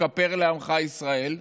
כפר לעמך ישראל"